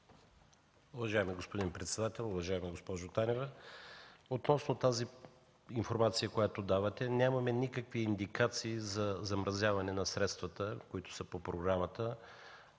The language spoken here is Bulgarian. Уважаеми господин председател, уважаема госпожо Танева! Относно информацията, която давате, нямаме никакви индикации за замразяване на средствата по Програмата